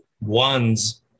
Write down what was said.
ones